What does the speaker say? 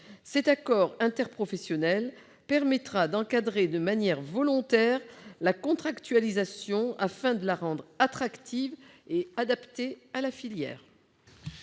Cet accord interprofessionnel permettra d'encadrer de manière volontaire la contractualisation, afin de la rendre attractive et adaptée à la filière.